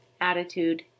Attitude